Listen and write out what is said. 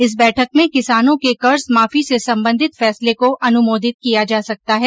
इस बैठक में किसानों के कर्जमाफी से संबंधित फैसले को अनुमोदित किया जा सकता है